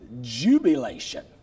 jubilation